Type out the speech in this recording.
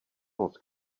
moc